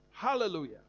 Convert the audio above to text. Hallelujah